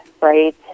right